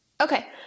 okay